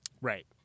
Right